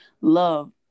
Love